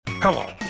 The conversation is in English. Hello